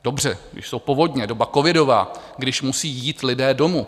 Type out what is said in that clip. Dobře, když jsou povodně, doba covidová, když musí jít lidé domů.